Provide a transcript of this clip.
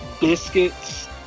biscuits